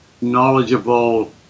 knowledgeable